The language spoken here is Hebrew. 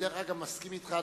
דרך אגב, אני מסכים אתך.